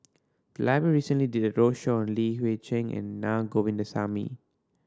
the library recently did a roadshow on Li Hui Cheng and Na Govindasamy